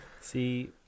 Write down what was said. See